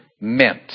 meant